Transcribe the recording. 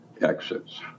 exits